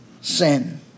sin